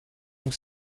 vous